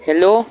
hello